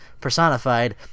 personified